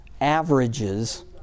averages